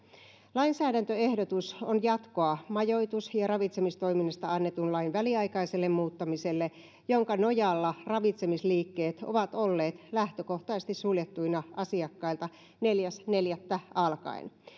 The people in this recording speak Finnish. lainsäädäntöehdotus on jatkoa majoitus ja ravitsemistoiminnasta annetun lain väliaikaiselle muuttamiselle jonka nojalla ravitsemisliikkeet ovat olleet lähtökohtaisesti suljettuina asiakkailta neljäs neljättä alkaen